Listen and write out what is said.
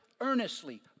earnestly